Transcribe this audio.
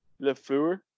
LeFleur